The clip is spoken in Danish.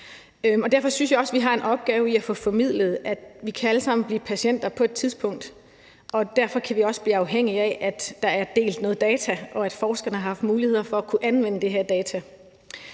Derfor synes jeg også, vi har en opgave i at få formidlet, at vi alle sammen kan blive patienter på et tidspunkt, og derfor kan vi også blive afhængige af, at der er delt nogle data, og at forskerne har haft mulighed for at kunne anvende de her data.